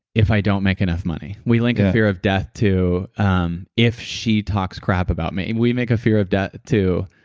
if i don't make enough money. we link a fear of death to um if she talks crap about me. we link a fear of death to,